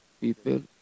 people